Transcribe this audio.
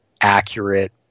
accurate